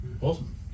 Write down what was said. awesome